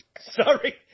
Sorry